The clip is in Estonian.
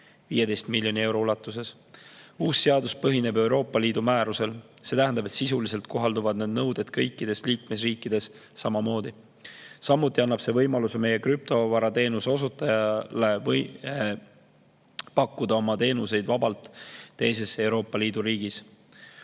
15 miljoni euro ulatuses. Uus seadus põhineb Euroopa Liidu määrusel, see tähendab, et sisuliselt kohalduvad need nõuded kõikides liikmesriikides samamoodi. See annab võimaluse meie krüptovarateenuse osutajal pakkuda oma teenuseid vabalt teises Euroopa Liidu riigis.